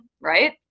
right